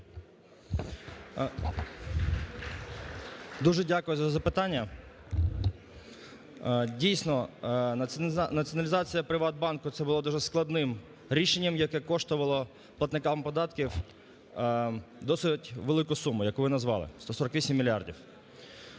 Дуже дякую за запитання. Дійсно, націоналізація "Приватбанку" це було дуже складним рішенням, яке коштувало платникам податків досить велику суму, яку ви назвали, 148 мільярдів.